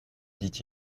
dit